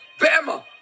Bama